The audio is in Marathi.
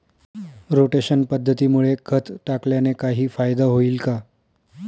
रोटेशन पद्धतीमुळे खत टाकल्याने काही फायदा होईल का?